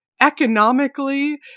economically